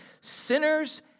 Sinners